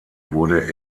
wurde